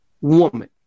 woman